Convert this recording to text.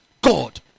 God